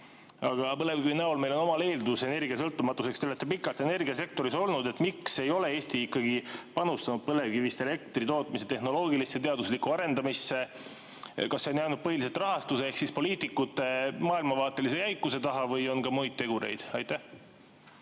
tänu põlevkivile on meil eeldus energiasõltumatuseks. Te olete pikalt energiasektoris olnud. Miks ikkagi ei ole Eesti panustanud põlevkivist elektri tootmise tehnoloogia teaduslikku arendamisse? Kas see on jäänud põhiliselt rahastuse ehk siis poliitikute maailmavaatelise jäikuse taha või on ka muid tegureid?